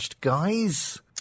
guys